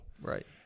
Right